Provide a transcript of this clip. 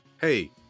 Hey